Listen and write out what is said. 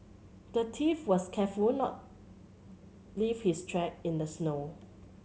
the thief was careful to not leave his track in the snow